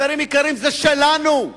חברים יקרים, זה שלנו.